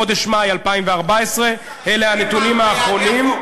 בחודש מאי 2014. אלה הנתונים האחרונים.